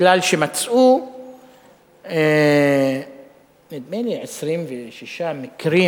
כי מצאו 26 מקרים.